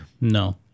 No